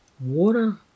water